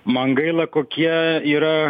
man gaila kokie yra